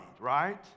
right